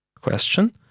question